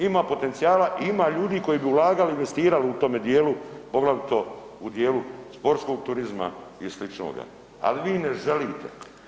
Ima potencijala i ima ljudi koji bi ulagali i investirali u tome dijelu, poglavito u dijelu sportskog turizma i sličnoga, ali vi ne želite.